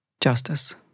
Justice